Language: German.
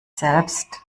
selbst